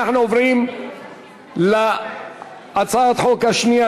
אנחנו עוברים להצעת החוק השנייה,